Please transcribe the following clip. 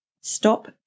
Stop